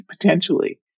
potentially